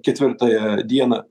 ketvirtąją dieną